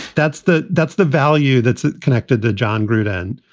that's the that's the value that's connected to jon gruden.